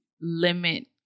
Limit